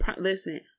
Listen